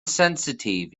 sensitif